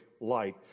light